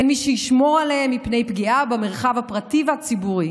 אין מי שישמור עליהם מפני פגיעה במרחב הפרטי והציבורי.